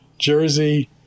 jersey